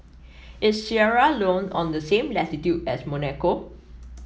is Sierra Leone on the same latitude as Monaco